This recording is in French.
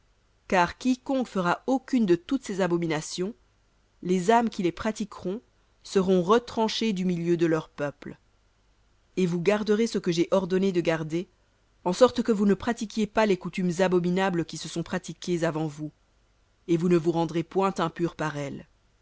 car quiconque fera aucune de toutes ces abominations les âmes qui les pratiqueront seront retranchées du milieu de leur peuple et vous garderez ce que j'ai ordonné de garder en sorte que vous ne pratiquiez pas les coutumes abominables qui se sont pratiquées avant vous et vous ne vous rendrez point impurs par elles